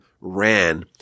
ran